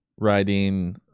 writing